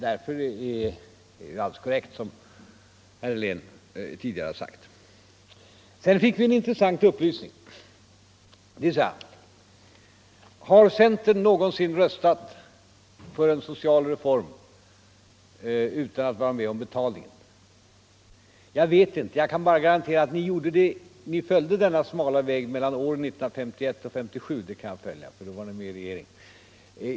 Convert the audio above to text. Därför är det alldeles korrekt vad herr Helén tidigare har sagt. Sedan frågade herr Fälldin: Har centern någonsin röstat för en social reform utan att vilja vara med om att betala den? Jag vet inte. Ni följde denna smala väg åren 1951-1957, det kan jag garantera för då var ni med i regeringen.